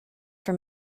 for